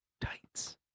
Tights